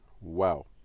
Wow